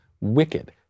wicked